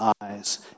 eyes